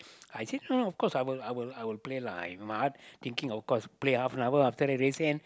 I think lah of course I will I will play lah but thinking of course play half an hour then race end